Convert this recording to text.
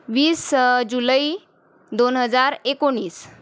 वीस जुलै दोन हजार एकोणीस